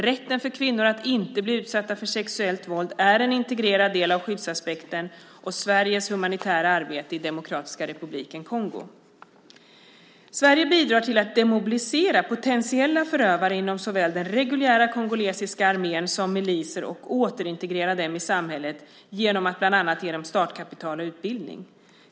Rätten för kvinnor att inte bli utsatta för sexuellt våld är en integrerad del av skyddsaspekten och Sveriges humanitära arbete i Demokratiska republiken Kongo. Sverige bidrar till att demobilisera "potentiella" förövare inom såväl den reguljära kongolesiska armén som miliser och återintegrera dem i samhället genom att bland annat ge dem startkapital och utbildning.